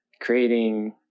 creating